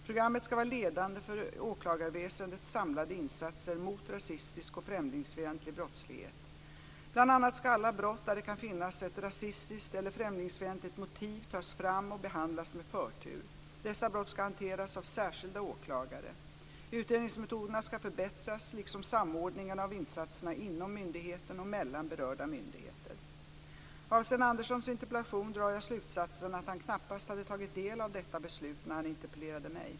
Programmet ska vara ledande för åklagarväsendets samlade insatser mot rasistisk och främlingsfientlig brottslighet. Bl.a. ska alla brott där det kan finnas ett rasistiskt eller främlingsfientligt motiv tas fram och behandlas med förtur. Dessa brott ska hanteras av särskilda åklagare. Utredningsmetoderna ska förbättras liksom samordningen av insatserna inom myndigheten och mellan berörda myndigheter. Av Sten Anderssons interpellation drar jag slutsatsen att han knappast hade tagit del av detta beslut när han interpellerade mig.